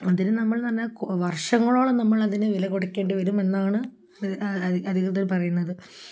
അതിന് നമ്മളെന്ന് പറഞ്ഞാല് വർഷങ്ങളോളം നമ്മൾ അതിന് വില കൊടുക്കേണ്ടിവരുമെന്നാണ് അധികൃതര് പറയുന്നത്